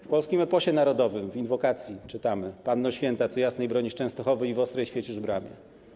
W polskim eposie narodowym w Inwokacji czytamy: „Panno Święta, co Jasnej bronisz Częstochowy/ I w Ostrej świecisz Bramie!